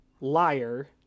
liar